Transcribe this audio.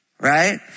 Right